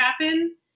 happen